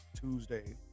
Tuesday